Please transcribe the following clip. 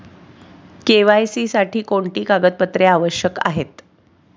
KYC साठी कोणती कागदपत्रे आवश्यक आहेत?